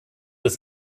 des